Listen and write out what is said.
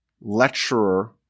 lecturer